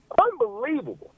unbelievable